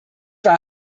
war